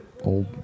old